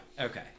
Okay